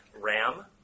ram